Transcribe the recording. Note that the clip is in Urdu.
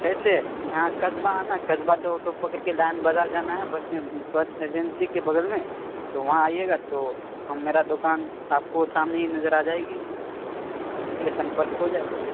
کیسے یہاں قصبہ ہے نا قصبہ سے آٹو پکڑ کے لائن بازار جانا ہے بس میں بس ایجنسی کے بغل میں تو وہاں آئیے گا تو ہاں میرا دکان آپ کو سامنے ہی نظر آ جائے گی تو میرا سمپرک ہو جائے گا